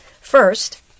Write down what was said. First